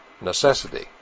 necessity